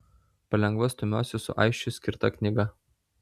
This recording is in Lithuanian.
palengva stumiuosi su aisčiui skirta knyga